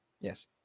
yes